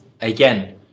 again